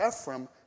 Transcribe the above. Ephraim